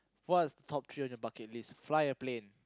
what's top three on your bucket list fly a plane